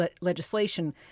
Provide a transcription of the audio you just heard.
legislation